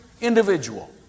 individual